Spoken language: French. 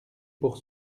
pour